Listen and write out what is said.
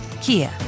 Kia